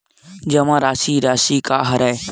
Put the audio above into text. जमा राशि राशि का हरय?